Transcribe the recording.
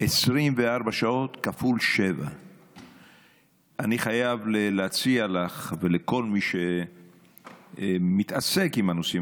24 שעות כפול 7. אני חייב להציע לך ולכל מי שמתעסק עם הנושאים,